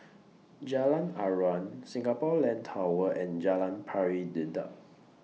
Jalan Aruan Singapore Land Tower and Jalan Pari Dedap